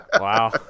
Wow